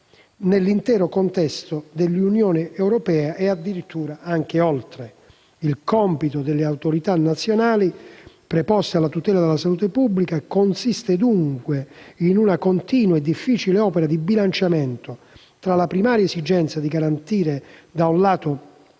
nell'intero contesto dell'Unione europea e addirittura anche oltre. Il compito delle autorità nazionali preposte alla tutela della salute pubblica consiste dunque in una continua e difficile opera di bilanciamento tra la primaria esigenza di garantire, da un lato,